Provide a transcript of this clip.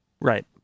Right